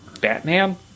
Batman